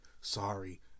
Sorry